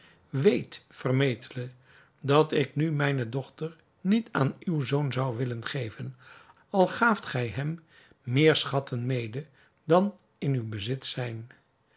weet vermetele dat ik nu mijne dochter niet aan uw zoon zou willen geven al gaaft gij hem meer schatten mede dan in uw bezit zijn